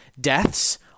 deaths